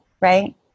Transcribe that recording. right